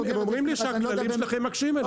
הם אומרים לי שהכללים שלכם מקשים עליהם.